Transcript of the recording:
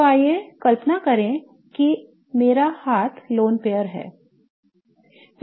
तो आइए कल्पना करें कि मेरा हाथ lone pair है